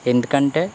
ఎందుకంటే